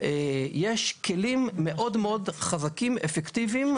יש כלים מאוד מאוד חזקים אפקטיביים,